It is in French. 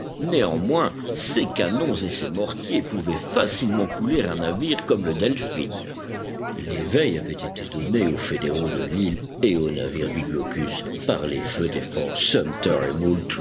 néanmoins ses canons et ses mortiers pouvaient facilement couler un navire comme le elphin éveil avait été donné aux fédéraux de l'île et aux navires du blocus par les feux